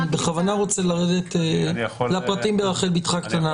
אני בכוונה רוצה לרדת לפרטים ברחל ביתך הקטנה.